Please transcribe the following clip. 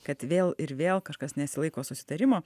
kad vėl ir vėl kažkas nesilaiko susitarimo